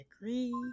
agree